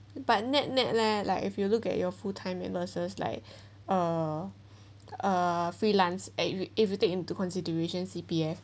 but nett nett leh like if you look at your full time like uh uh freelance at you if you take into consideration C_P_F